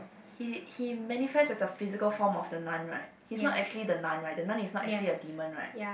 he he manifest as a physical form of the nun right he's not actually the nun right the nun is not actually a demon right